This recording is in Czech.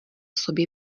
sobě